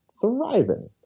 thriving